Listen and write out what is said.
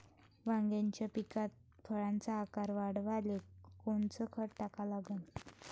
वांग्याच्या पिकात फळाचा आकार वाढवाले कोनचं खत टाका लागन?